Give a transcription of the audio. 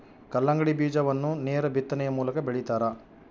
ಕಲ್ಲಂಗಡಿ ಬೀಜವನ್ನು ನೇರ ಬಿತ್ತನೆಯ ಮೂಲಕ ಬೆಳಿತಾರ